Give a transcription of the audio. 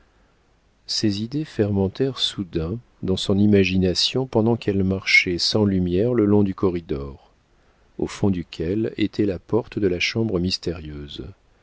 ces idées fermentèrent soudain dans son imagination pendant qu'elle marchait sans lumière le long du corridor au fond duquel était la porte de la chambre mystérieuse